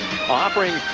offering